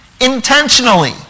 Intentionally